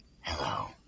Hello